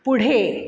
पुढे